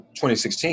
2016